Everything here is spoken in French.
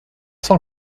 cent